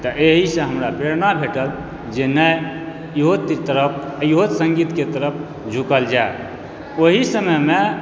तऽ एहिसँ हमरा प्रेरणा भेटल जे नहि इहो चीज तरफ इहो सङ्गीतके तरफ झुकल जाय ओहि समयमे